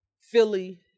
Philly